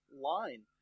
line